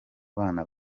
bana